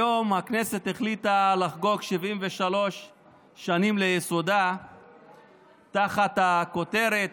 היום הכנסת החליטה לחגוג 73 שנים לייסודה תחת הכותרת,